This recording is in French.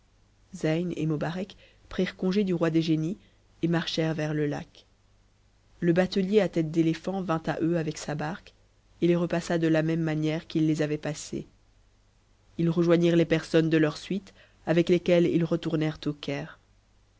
prirent congé du roi des génies et marchèrent vers le lac le batelier à tête d'étéphant vint à eux avec sa barque et les repassa de la même manière qu'il les avait passés ils rejoignirent les personnes de leur suite avec lesquelles ils